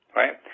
right